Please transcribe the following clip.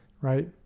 right